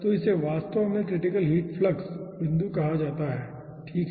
तो इसे वास्तव में क्रिटिकल हीट फ्लक्स बिंदु कहा जाता है ठीक है